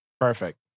Perfect